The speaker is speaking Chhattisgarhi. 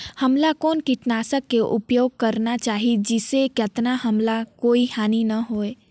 हमला कौन किटनाशक के उपयोग करन चाही जिसे कतना हमला कोई हानि न हो?